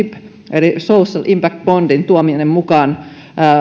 sibin eli social impact bondin tuominen mukaan